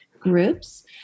Groups